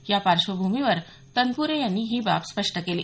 या पार्श्वभूमीवर तनपूरे यांनी ही बाब स्पष्ट केली